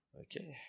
Okay